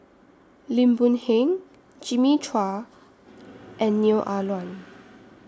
Lim Boon Heng Jimmy Chua and Neo Ah Luan